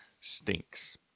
stinks